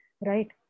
right